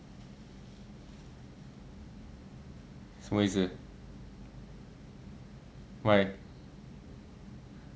什么意思 why